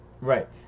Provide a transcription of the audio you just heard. Right